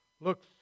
look